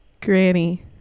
Granny